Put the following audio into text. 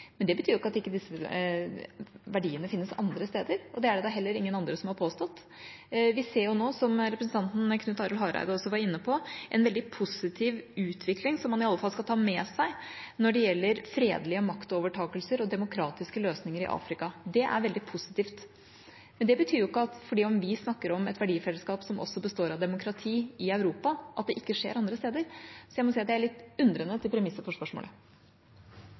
Men det betyr ikke at disse verdiene ikke finnes andre steder – og det er det heller ingen andre som har påstått. Vi ser nå – som også representanten Knut Arild Hareide var inne på – en veldig positiv utvikling når det gjelder fredelige maktovertakelser og demokratiske løsninger i Afrika, som man også skal ta med seg. Det er veldig positivt. Men bare fordi vi snakker om et verdifellesskap som også består av demokratier i Europa, betyr ikke det at det ikke skjer andre steder. Så jeg er litt undrende til premisset for spørsmålet.